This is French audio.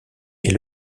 est